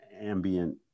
ambient